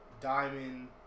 diamond